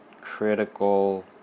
critical